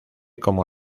como